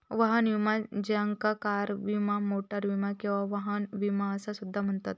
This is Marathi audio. वाहन विमा ज्याका कार विमा, मोटार विमा किंवा वाहन विमा असा सुद्धा म्हणतत